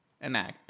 enact